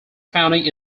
founding